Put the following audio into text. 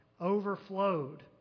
overflowed